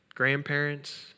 grandparents